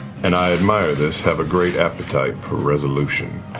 and i admire this, have a great appetite for resolution.